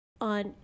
on